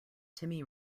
timmy